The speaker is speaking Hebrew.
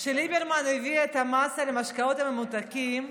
כשליברמן הביא את המס על משקאות הממותקים,